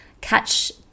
catch